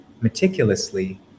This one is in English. meticulously